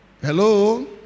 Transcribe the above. Hello